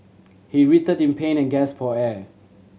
he writhed in pain and gasped for air